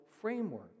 framework